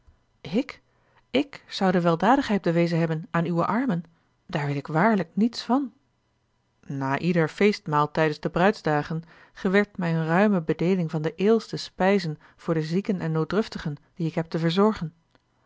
ik ik zoude weldadigheid bewezen hebben aan uwe armen daar weet ik waarlijk niets van na ieder feestmaal tijdens de bruidsdagen gewerd mij ruime bedeeling van de eêlste spijzen voor de zieken en nooddruftigen die ik heb te verzorgen